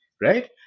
right